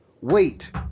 wait